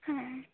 হ্যাঁ